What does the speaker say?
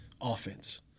offense